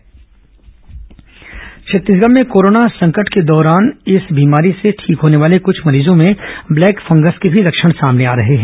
black fungus संक्रमण छत्तीसगढ़ में corona संकट के दौरान इस बीमारी से ठीक होने वाले कृछ मरीजों में ब्लैक फंगस के भी लक्षण सामने आ रहे हैं